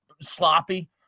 sloppy